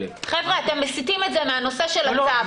חבר'ה, אתם מסיטים אותנו מן הנושא של הצו.